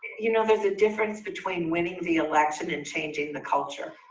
you know, there's a difference between winning the election and changing the culture.